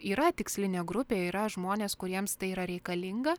yra tikslinė grupė yra žmonės kuriems tai yra reikalinga